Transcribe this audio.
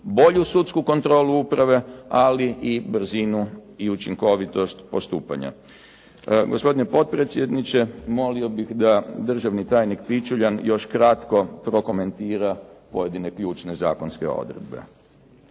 bolju sudsku kontrolu uprave ali i brzinu i učinkovitost postupanja. Gospodine potpredsjedniče, molio bih da državni tajnik Pičuljan još kratko prokomentira pojedine ključne zakonske odredbe.